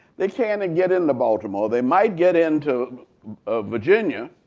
they can't and get into baltimore. they might get into virginia.